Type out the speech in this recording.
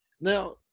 Now